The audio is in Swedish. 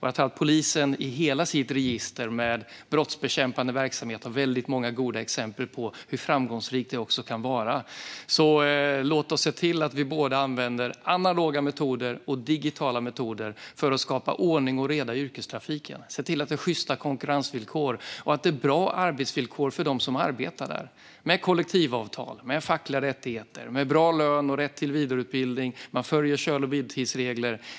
Jag tror att polisen i hela sitt register med brottsbekämpande verksamhet har många goda exempel på hur framgångsrikt det kan vara. Låt oss därför se till att vi båda använder analoga metoder och digitala metoder för att skapa ordning och reda i yrkestrafiken, se till att vi har sjysta konkurrensvillkor och att det är bra arbetsvillkor för dem som arbetar där med kollektivavtal, med fackliga rättigheter och med bra lön och rätt till vidareutbildning. Man ska följa kör och vilotidsregler.